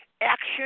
action